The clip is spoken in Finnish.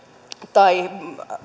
tai